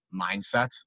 mindset